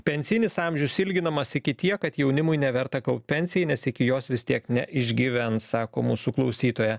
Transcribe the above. pensijinis amžius ilginamas iki tiek kad jaunimui neverta kaupt pensijai nes iki jos vis tiek neišgyvens sako mūsų klausytoja